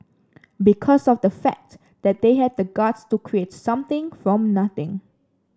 because of the fact that they had the guts to create something from nothing